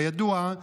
כידוע,